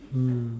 mm